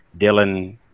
Dylan